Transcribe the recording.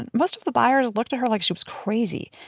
and most of the buyers looked at her like she was crazy.